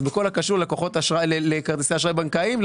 בכל הקשור לכרטיסי אשראי בנקאיים,